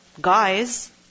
guys